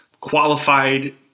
qualified